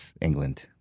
England